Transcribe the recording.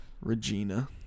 Regina